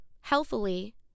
healthily